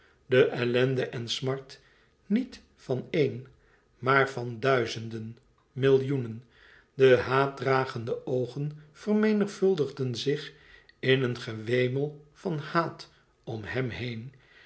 de ellende en smart niet van een maar van duizenden millioenen de haatdragende oogen vermenigvuldigden zich in een gewemel van haat om hem heen